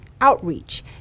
outreach